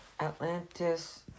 Atlantis